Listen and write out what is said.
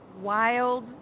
wild